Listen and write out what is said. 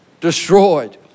destroyed